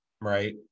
right